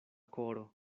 koro